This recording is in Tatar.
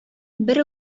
бер